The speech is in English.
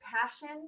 passion